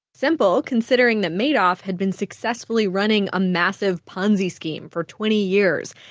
simple, considering that madoff had been successfully running a massive ponzi scheme for twenty years.